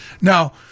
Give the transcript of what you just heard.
Now